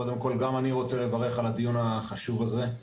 קודם כל, גם אני רוצה לברך על הדיון החשוב הזה,